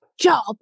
job